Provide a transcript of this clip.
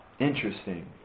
Interesting